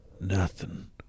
Nothing